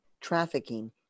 trafficking